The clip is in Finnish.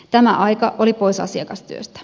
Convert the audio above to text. tämä aika oli pois asiakastyöstä